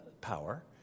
power